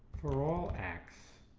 for all x,